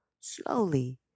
Slowly